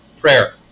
prayer